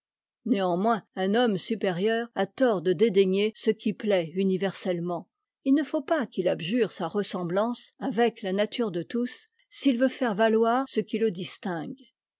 néanmoins un homme supérieur a tort de dédaigner ce qui plaît universellement il ne faut pas qu'il abjure sa ressemblance avec la nature de tous s'il veut faire valoir ce qui le distingue